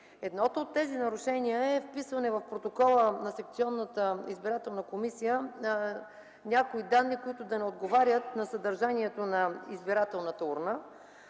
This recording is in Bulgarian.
Едното от тези нарушения е вписване в протокола на секционната избирателна комисия на данни, които не отговарят на съдържанието на избирателната урна.